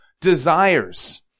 desires